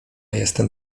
jestem